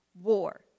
war